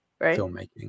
filmmaking